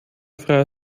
freie